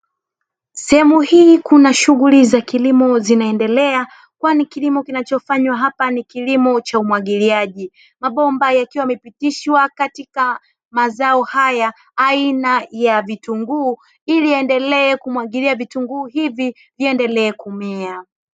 Sehemu hii kuna shughuli za kilimo zinaendelea, kwani kilimo kinacho fanywa hapa ni kilimo cha umwagiliaji. Mabomba yakiwa yamepitiswa katika mazao haya, aina ya vitunguu, ili yaendelee kumwagilia vitunguu hivi viendelee kumea.